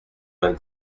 vingt